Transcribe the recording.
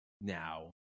now